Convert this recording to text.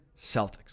Celtics